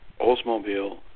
Oldsmobile